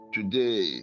Today